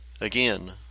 Again